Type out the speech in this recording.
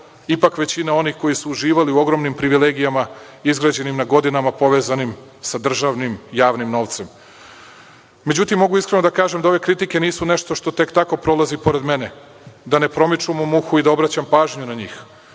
ipak većina onih koji su uživali u ogromnim privilegijama izgrađenim na godinama povezanim sa državnim javnim novcem.Međutim, mogu iskreno da kažem da ove kritike nisu nešto što tek tako prolazi pored mene, da ne promiču mom uhu i da ne obraćam pažnju na njih,